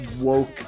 woke